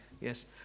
Yes